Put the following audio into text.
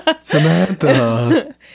Samantha